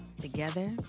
Together